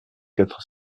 quatre